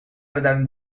madame